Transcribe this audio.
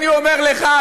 אני אומר לך,